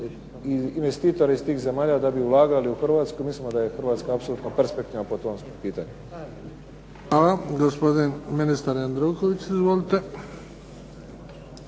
investitora iz tih zemalja da bi ulagali u Hrvatsku? Mislimo da je Hrvatska apsolutno perspektivna po tom pitanju. **Bebić, Luka (HDZ)** Hvala. Gospodin ministar Jandroković, izvolite.